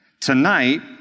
Tonight